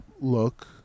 Look